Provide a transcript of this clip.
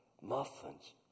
muffins